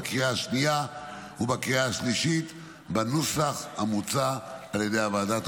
בקריאה השנייה ובקריאה השלישית בנוסח המוצע על ידי הוועדה.